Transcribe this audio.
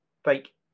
Fake